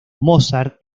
mozart